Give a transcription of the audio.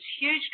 huge